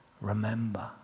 Remember